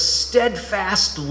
steadfast